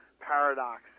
paradox